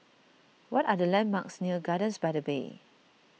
what are the landmarks near Gardens by the Bay